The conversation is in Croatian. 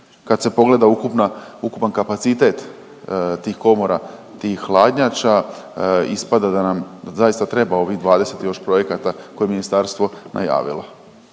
Kad se pogleda ukupna, ukupan kapacitet tih komora, tih hladnjača ispada da nam zaista treba ovih 20 još projekata koje je ministarstvo najavilo.